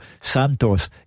Santos